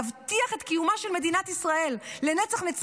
להבטיח את קיומה של מדינת ישראל לנצח-נצחים,